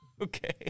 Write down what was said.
Okay